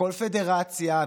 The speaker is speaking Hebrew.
כל פדרציה,